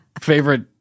favorite